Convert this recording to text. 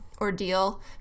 ordeal